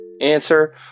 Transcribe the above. Answer